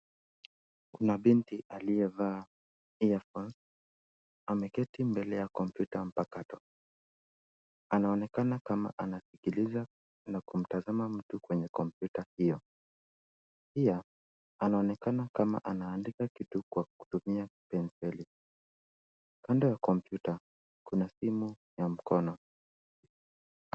Kuna binti aliyevaa earphones ameketi mbele ya kompyuta mpakato. Anaonekana kama anasikiliza na kumtazama mtu kwenye kompyuta hiyo. Pia, anaonekana kama anaandika kitu kwa kutumia penseli. Kando ya kompyuta, kuna simu ya mkono.